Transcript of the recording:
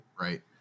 Right